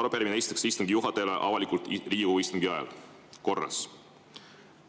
"Arupärimine esitatakse istungi juhatajale avalikult Riigikogu istungi algul." Korras.